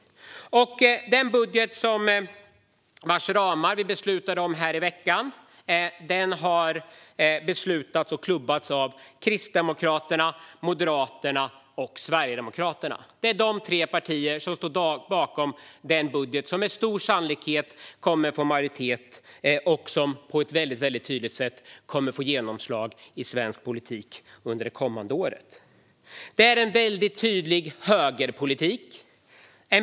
Den budget vars ramar vi beslutade om i veckan har beslutats om och klubbats igenom av Kristdemokraterna, Moderaterna och Sverigedemokraterna. Det är de tre partier som står bakom den budget som med stor sannolikhet kommer att få majoritet och som på ett tydligt sätt kommer att få genomslag i svensk politik det kommande året. Det är tydlig högerpolitik.